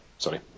Sorry